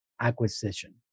acquisition